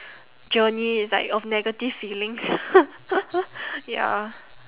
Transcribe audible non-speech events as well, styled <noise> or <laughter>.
journey it's like of negative feelings <laughs> ya